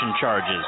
charges